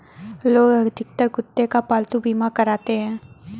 लोग अधिकतर कुत्ते का पालतू बीमा कराते हैं